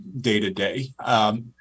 day-to-day